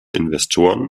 investoren